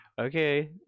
Okay